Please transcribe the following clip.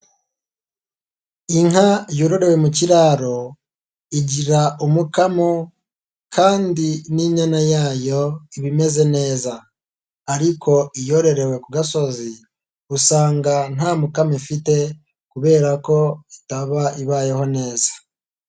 Inka yororewe mu kiraro, igira umukamo kandi n'inyana yayo iba imeze neza, ariko iyororerewe ku gasozi usanga nta mukamyo ifite kubera ko itaba ibayeho neza.